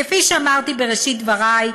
כפי שאמרתי בראשית דברי,